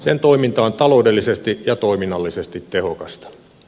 sen toiminta on taloudellisesti ja toiminnallisesti tehokasta